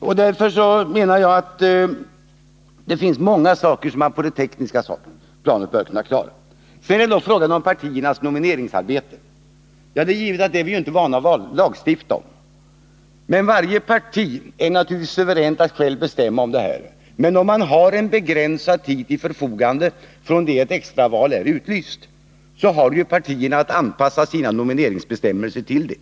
Jag menar alltså att det finns många saker på det tekniska planet som man bör kunna klara. Sedan är det frågan om partiernas nomineringsarbete. Det är givet att vi inte är vana att lagstifta om detta. Varje parti är naturligtvis suveränt att självt bestämma om det arbetet. Men om man har begränsad tid till Nr 154 förfogande från det att extraval är utlyst, så har ju partierna att anpassa sina Måndagen den nomineringsbestämmelser till detta.